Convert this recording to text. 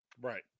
Right